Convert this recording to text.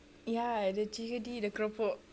ya the chickadee the keropok